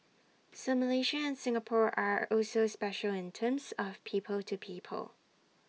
so Malaysia and Singapore are also special in terms of people to people